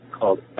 called